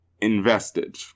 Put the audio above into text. invested